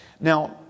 Now